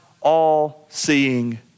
all-seeing